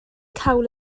cawl